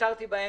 עצרתי באמצע.